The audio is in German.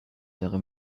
wäre